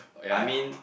I mean